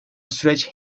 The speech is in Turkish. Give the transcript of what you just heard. süreç